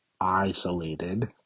isolated